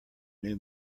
new